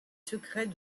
secrets